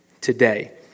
today